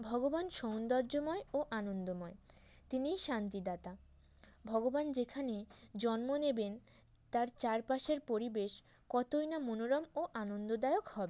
ভগবান সৌন্দর্যময় ও আনন্দময় তিনিই শান্তিদাতা ভগবান যেখানে জন্ম নেবেন তার চারপাশের পরিবেশ কতই না মনোরম ও আনন্দদায়ক হবে